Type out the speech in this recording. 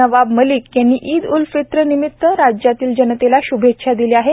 नवाब मलिक यांनी ईद उल फितर रमजान ईद निमित राज्यातील जनतेला श्भेच्छा दिल्या आहेत